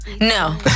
No